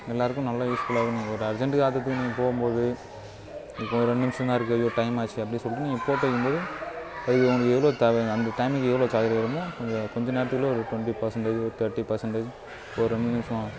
எல்லோருக்கும் நல்ல யூஸ் ஃபுல்லாகவும் இருந்தது ஒரு அர்ஜன்டுக்கு ஆத்திரத்திற்கு நீங்கள் போகும்போது இப்போ ஒரு ரெண்டு நிமிஷம்தான் இருக்குது அய்யோ டைம் ஆச்சே அப்டேயே சொல்லிட்டு நீங்கள் போட்டு வைக்கும்போது அது உங்களுக்கு எவ்வளோ தேவையான அந்த டைமுக்கு எவ்வளோ சார்ஜர் ஏறுமோ கொஞ்சம் கொஞ்சம் நேரத்துக்குள்ளே ஒரு ட்வெண்டி பர்சண்டேஜ் ஒரு தேட்டி பர்சண்டேஜ் ஒரு ரெண்டு நிமிஷம்